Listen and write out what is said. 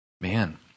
man